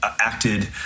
acted